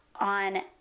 on